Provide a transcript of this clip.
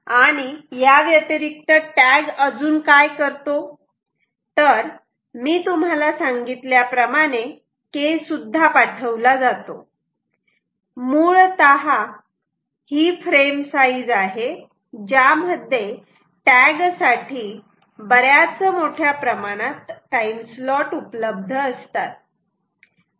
आणि या व्यतिरिक्त टॅग अजून काय करतो तर मी तुम्हाला सांगितल्याप्रमाणे K सुद्धा पाठविला जातो मुळतः ही फ्रेम साईज आहे ज्यामध्ये टॅग साठी बऱ्याच मोठ्या प्रमाणात टाईम स्लॉट उपलब्ध असतात